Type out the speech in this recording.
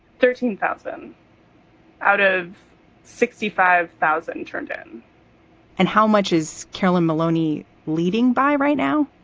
thirteen thousand out of sixty five thousand turned in and how much is carolyn maloney leading by right now?